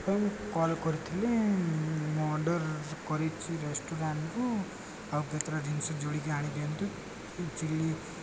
ହଉ ମୁଁ କଲ୍ କରିଥିଲି ମୁଁ ଅର୍ଡ଼ର କରିଛି ରେଷ୍ଟୁରାଣ୍ଟରୁ ଆଉ କେତେଟା ଜିନିଷ ଯୋଡ଼ିକି ଆଣିଦିଅନ୍ତୁ ଚିଲି